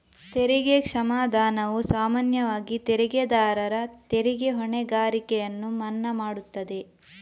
ತೆರಿಗೆ ಕ್ಷಮಾದಾನವು ಸಾಮಾನ್ಯವಾಗಿ ತೆರಿಗೆದಾರರ ತೆರಿಗೆ ಹೊಣೆಗಾರಿಕೆಯನ್ನು ಮನ್ನಾ ಮಾಡುತ್ತದೆ